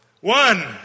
One